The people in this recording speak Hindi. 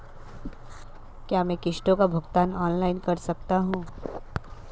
क्या मैं किश्तों का भुगतान ऑनलाइन कर सकता हूँ?